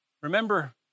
remember